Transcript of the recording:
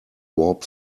warp